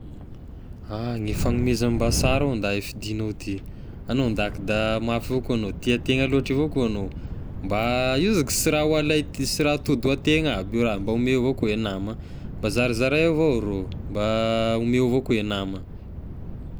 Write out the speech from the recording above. Ah ny fanomeza mba sara ao ndahy e fidignao ty, agnao ndahy ky da mafy fo koa agnao, tia tegna loatra avao ko agnao, mba io za ky sy raha ho alay sy raha tody hoa tegna aby io raha, mba omeo avao koa e nama, mba zarazaray avao rô, mba omeo avao koa e nama.